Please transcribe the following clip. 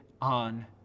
on